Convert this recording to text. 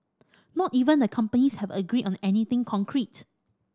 not even the companies have agreed on anything concrete